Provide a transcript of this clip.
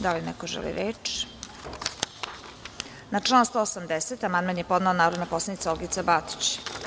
Da li neko želi reč? (Ne.) Na član 180. amandman je podnela narodna poslanica Olgica Batić.